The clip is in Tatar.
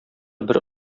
бер